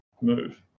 move